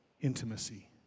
intimacy